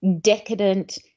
decadent